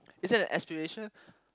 is it an aspiration